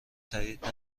تأیید